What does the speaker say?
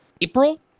April